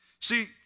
See